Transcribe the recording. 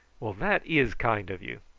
well, that is kind of you.